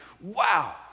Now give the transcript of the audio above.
Wow